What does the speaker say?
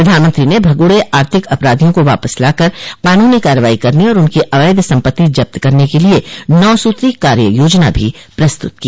प्रधानमंत्री ने भगोड़े आर्थिक अपराधियों को वापस लाकर कानूनी कार्रवाई करने और उनकी अवैध संपत्ति जब्त करने के लिए नौ सूत्री कार्ययोजना भी प्रस्तुत की